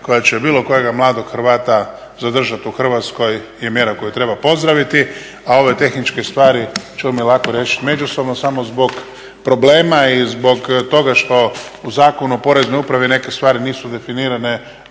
koja će bilo kojega mladog Hrvata zadržati u Hrvatskoj je mjera koju treba pozdraviti, a ove tehničke stvari ćemo mi lako riješiti međusobno. Samo zbog problema i zbog toga što u Zakonu o Poreznoj upravi neke stvari nisu definirane